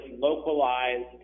localized